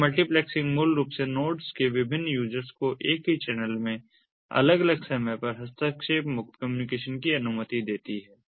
और मल्टीप्लेक्सिंग मूल रूप से नोड्स के विभिन्न यूजर्स को एक ही चैनल में अलग अलग समय पर हस्तक्षेप मुक्त कम्युनिकेशन की अनुमति देती है